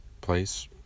place